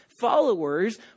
followers